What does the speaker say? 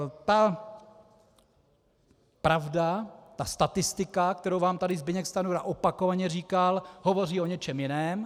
Ta pravda, ta statistika, kterou vám tady Zbyněk Stanjura opakovaně říkal, hovoří o něčem jiném.